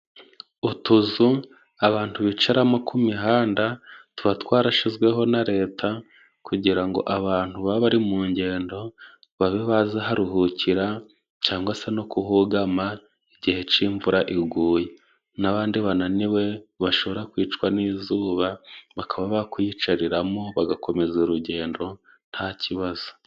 Utuzu abantu bicaramo ku mihanda tuba twarashizweho na leta, kugira ngo abantu baba bari mu ngendo babe baharuhukira, cangwa se no kuhugama igihe c'imvura iguye, n'abandi bananiwe bashobora kwicwa n'izuba bakaba bakwiyicariramo, bagakomeza urugendo nta kibazo.